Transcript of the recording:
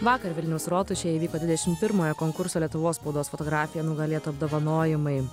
vakar vilniaus rotušėj įvyko dvidešim pirmojo konkurso lietuvos spaudos fotografija nugalėtojo apdovanojimai